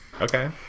Okay